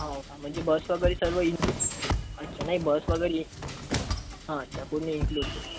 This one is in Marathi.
हो का म्हणजे बस वगैरे सर्व इन्क्लूड अच्छा नाही बस वगैरे हं अच्छा पूर्ण इन्क्लूड केलं आहे ते